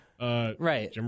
Right